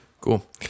Cool